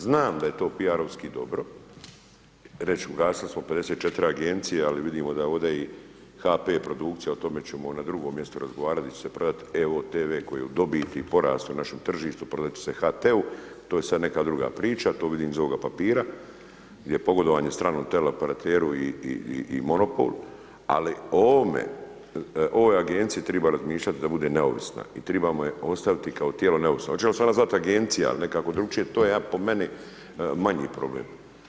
Znam da je to piarevski dobro, reću ugasili smo 54 Agencije, ali vidimo da ovdje i HP produkcija, o tome ćemo na drugom mjestu razgovarati di će se prodati evo-tv koji je u dobiti i porastu na našem tržištu, prodati će se HT-u, to je sada neka druga priča, to vidim iz ovoga papira, gdje pogodovanje stranom teleoperateru i monopol, ali o ovome, o ovoj Agenciji triba razmišljati da bude neovisna i tribamo je ostaviti kao tijelo neovisno, hoće li se ona zvati Agencija, il nekako drukčije, to je jedan po meni manji problem.